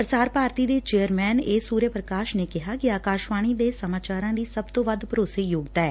ਪ੍ਰਸਾਰ ਭਾਰਤੀ ਦੇ chairman A Surya Prakash ਨੇ ਕਿਹਾ ਕਿ ਆਕਾਸ਼ਵਾਣੀ ਦੇ ਸਮਾਚਾਰਾਂ ਦੀ ਸਭਤੋਂ ਵੱਧ ਭਰੋਸੇਯੋਗਤਾ ਏ